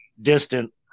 distant